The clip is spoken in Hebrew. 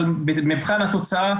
אבל במבחן התוצאה,